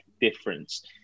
difference